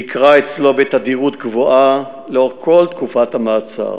ביקרה אצלו בתדירות גבוהה לאורך כל תקופת המעצר.